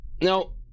Now